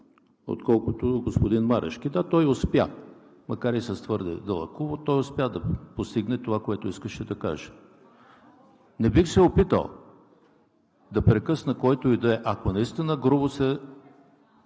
отколкото от господин Марешки. Да, макар и с твърде дълъг увод, той успя да постигне това, което искаше да каже. Не бих се опитал да прекъсна който и да е, освен ако наистина грубо се